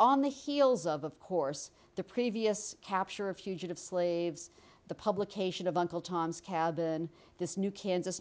on the heels of of course the previous capture a fugitive slaves the publication of uncle tom's cabin this new kansas